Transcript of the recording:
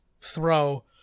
throw